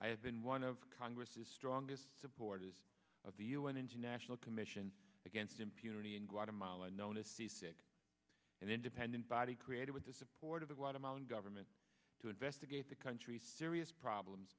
i have been one of congress's strongest supporters of the un international commission against impunity in guatemala known as seasick an independent body created with the support of the guatemalan government to investigate the country's serious problems